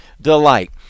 delight